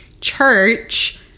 church